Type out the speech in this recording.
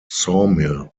sawmill